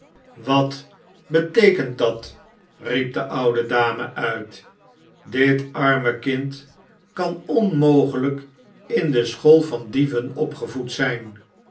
wat beteekent dat riep de oude dame uit dit arme kind kan onmogelijk in de school van dieven opgevoed zijn